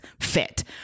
fit